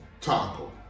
Taco